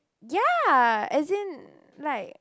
ya as in like